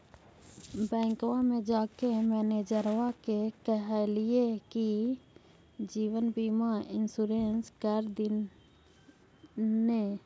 बैंकवा मे जाके मैनेजरवा के कहलिऐ कि जिवनबिमा इंश्योरेंस कर दिन ने?